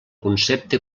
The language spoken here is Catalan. concepte